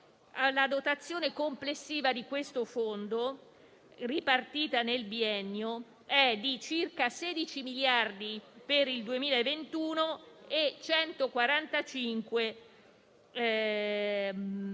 la dotazione complessiva di questo fondo, ripartita nel biennio, è di circa 16 milioni di euro per il 2021 e di circa